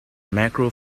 macro